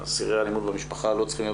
אסירי אלימות במשפחה לא צריכים להיות